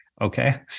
okay